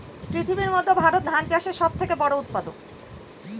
পৃথিবীর মধ্যে ভারত ধান চাষের সব থেকে বড়ো উৎপাদক